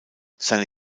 seine